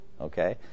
okay